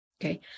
Okay